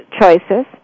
Choices